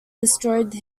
destroyed